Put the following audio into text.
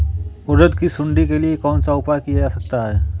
उड़द की सुंडी के लिए कौन सा उपाय किया जा सकता है?